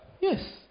Yes